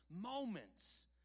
moments